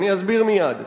אני אסביר מייד.